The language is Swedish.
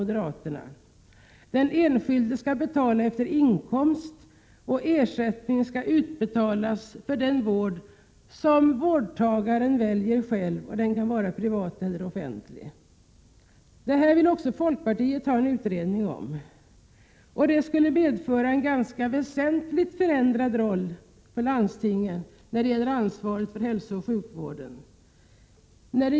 Den enskilde skall betala efter inkomst, och ersättning skall utbetalas för den vård som vårdtagaren väljer själv, privat eller offentlig. Det här vill också folkpartiet ha en utredning om. Det skulle medföra en väsentligt förändrad roll för landstingen när det gäller ansvaret för hälsooch sjukvården.